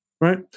right